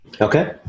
Okay